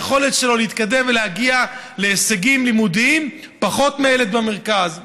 היכולת שלו להתקדם ולהגיע להישגים לימודיים פחותה משל ילד במרכז.